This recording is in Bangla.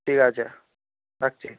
ঠিক আছে রাখছি